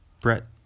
Brett